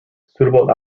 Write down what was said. suitable